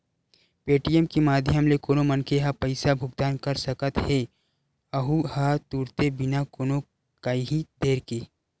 Paytm के माधियम ले कोनो मनखे ह पइसा भुगतान कर सकत हेए अहूँ ह तुरते बिना कोनो काइही देर के